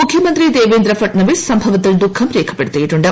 മുഖ്യമന്ത്രി ദേവേന്ദ്ര ഫട്നാവിസ് സംഭവത്തിൽ ദുഖം രേഖ്പപ്പെടുത്തിയിട്ടുണ്ട്